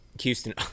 houston